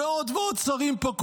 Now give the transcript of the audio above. ועוד ועוד שרים פה,